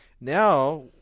Now